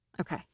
Okay